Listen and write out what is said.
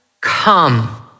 come